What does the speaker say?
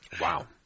Wow